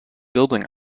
building